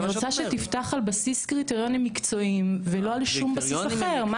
אני רוצה שתפתח על בסיס קריטריונים מקצועיים ולא על שום בסיס אחר.